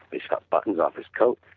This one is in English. they shot buttons of his coat,